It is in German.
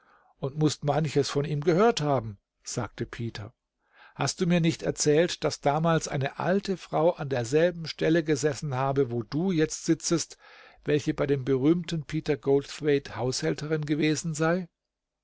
und mußt manches von ihm gehört haben sagte peter hast du mir nicht erzählt daß damals eine alte frau an derselben stelle gesessen habe wo du jetzt sitzest welche bei dem berühmten peter goldthwaite haushälterin gewesen sei